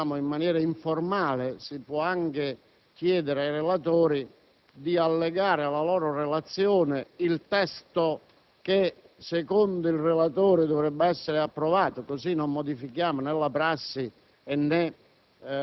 in maniera informale si può chiedere ai relatori di allegare alla loro relazione il testo che secondo loro dovrebbe essere approvato; così non si modificherebbe né la prassi né il